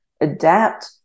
adapt